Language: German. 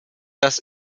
dass